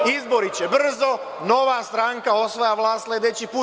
Izbori će brzo, Nova stranka osvaja vlast sledeći put.